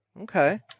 Okay